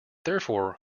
therefore